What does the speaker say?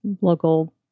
local